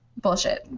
bullshit